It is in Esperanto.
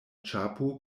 ĉapo